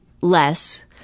less